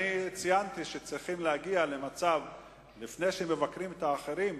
ציינתי שצריך להגיע למצב שלפני שמבקרים את האחרים,